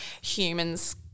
humans